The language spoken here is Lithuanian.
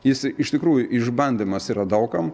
jis iš tikrųjų išbandymas yra daug kam